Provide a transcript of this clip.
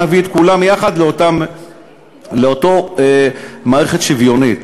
נביא את כולם יחד לאותה מערכת שוויונית,